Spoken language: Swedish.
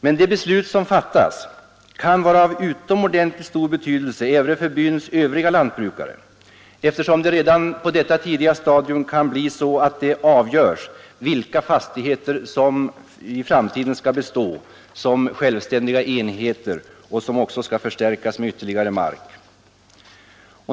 Men det beslut som fattas kan vara av utomordentligt stor betydelse även för byns övriga lantbrukare, eftersom det redan på detta tidiga stadium i många fall avgörs vilka fastigheter som skall bestå som självständiga enheter och också förstärkas med ytterligare mark.